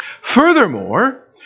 furthermore